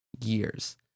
years